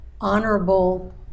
honorable